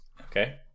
Okay